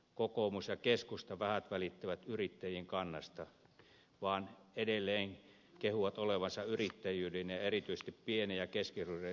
kokoomus ja keskusta vähät välittävät yrittäjien kannasta vaikka edelleen kehuvat olevansa yrittäjyyden ja erityisesti pienten ja keskisuurten yrittäjien puolella